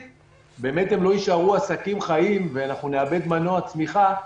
הם לא יישארו עסקים חיים ואנחנו נאבד מנוע צמיחה.